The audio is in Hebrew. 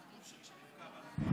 אדוני היושב-ראש, כנסת נכבדה, הצעת החוק